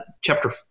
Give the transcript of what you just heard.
chapter